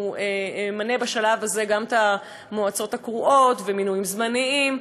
הוא ימנה בשלב הזה גם את המועצות הקרואות ומינויים זמניים,